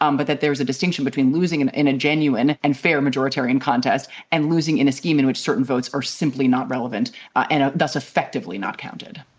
um but that there is a distinction between losing and in a genuine and fair majoritarian contest and losing in a scheme in which certain votes are simply not relevant and does effectively not count.